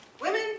Women